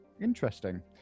Interesting